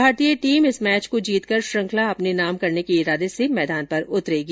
भारतीय टीम इस मैच को जीतकर श्रृंखला अपने नाम करने के इरादे से मैदान पर उतरेगी